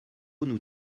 nous